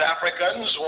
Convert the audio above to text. Africans